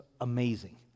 amazing